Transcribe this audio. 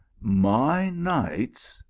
my nights,